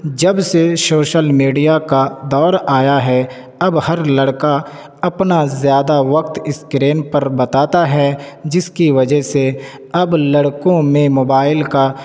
جب سے social media کا دور آیا ہے اب ہر لڑکا اپنا زیادہ وقت اسکرین پر بتاتا ہے جس کی وجہ سے اب لڑکوں میں موبائل کا